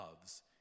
loves